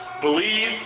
believe